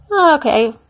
Okay